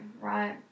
right